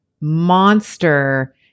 monster